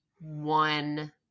one